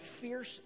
fierce